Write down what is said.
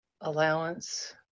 allowance